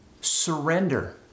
Surrender